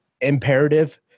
imperative